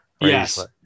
Yes